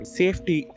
safety